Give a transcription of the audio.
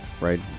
right